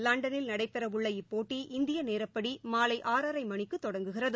லண்டனில் நடைபெறவுள்ள இப்போட்டி இந்தியநேரப்படிமாலைஆறரைமணிக்குதொடங்குகிறது